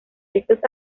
estos